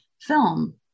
film